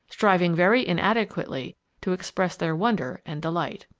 striving very inadequately to express their wonder and delight.